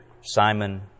Simon